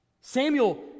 Samuel